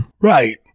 Right